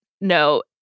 no